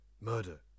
Murder